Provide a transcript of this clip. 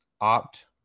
opt